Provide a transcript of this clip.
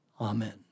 Amen